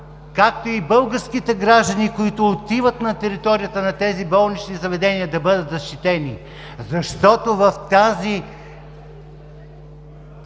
както и българските граждани, които отиват на територията на тези болнични заведения, да бъдат защитени. Защото в тази